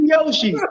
Yoshi